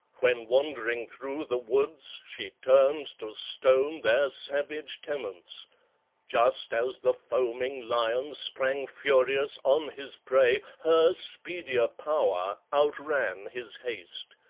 when wandering through the woods she turned to stone their savage tenants just as the foaming lion sprang furious on his prey, her speedier power outran his haste,